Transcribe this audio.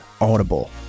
audible